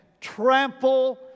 trample